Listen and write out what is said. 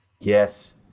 Yes